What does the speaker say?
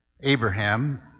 Abraham